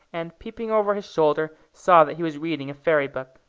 and peeping over his shoulder, saw that he was reading a fairy-book.